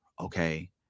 okay